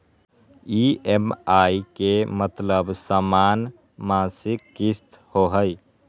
EMI के मतलब समान मासिक किस्त होहई?